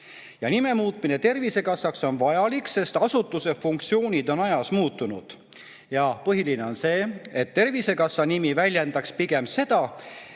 Nime muutmine Tervisekassaks on vajalik, sest asutuse funktsioonid on ajas muutunud. Ja põhiline on see, et Tervisekassa nimi väljendaks pigem seda,